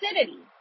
acidity